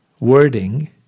Wording